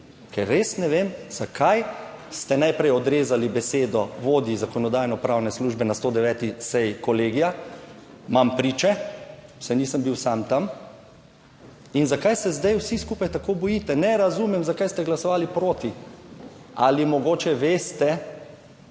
ker res ne vem, zakaj ste najprej odrezali besedo vodji Zakonodajno-pravne službe na 109. seji Kolegija, imam priče, saj nisem bil sam tam, in zakaj se zdaj vsi skupaj tako bojite? Ne razumem, zakaj ste glasovali proti. Ali mogoče veste,